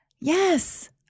Yes